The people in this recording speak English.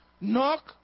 Knock